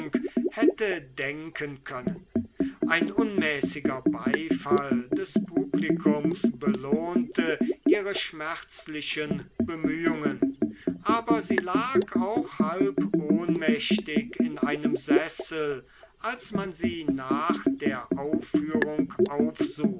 hätte denken können ein unmäßiger beifall des publikums belohnte ihre schmerzlichen bemühungen aber sie lag auch halb ohnmächtig in einem sessel als man sie nach der aufführung aufsuchte